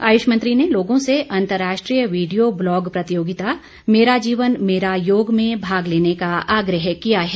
आयुष मंत्री ने लोगों से अंतरराष्ट्रीय वीडियो ब्लॉग प्रतियोगिता मेरा जीवन मेरा योग में भाग लेने का आग्रह किया है